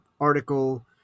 article